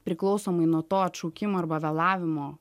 priklausomai nuo to atšaukimo arba vėlavimo